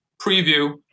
preview